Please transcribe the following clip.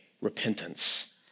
repentance